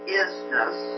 isness